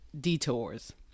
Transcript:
detours